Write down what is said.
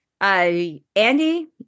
Andy